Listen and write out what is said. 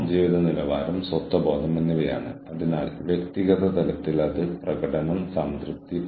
കൂടാതെ ഉടമസ്ഥാവകാശത്തെ സംബന്ധിച്ച അധികാര പോരാട്ടങ്ങളും ജോലിയുടെ ദിശയെ സംബന്ധിച്ച തീരുമാനങ്ങളും